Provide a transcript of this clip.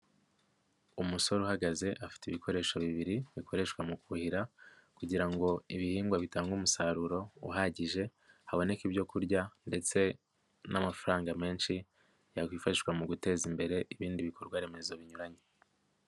Umusore uhagaze afite ibikoresho bibiri bikoreshwa mu kuhira kugira ngo ibihingwa bitange umusaruro uhagije haboneke ibyo kurya ndetse n'amafaranga menshi yakwifashishwa mu guteza imbere ibindi bikorwaremezo binyuranye.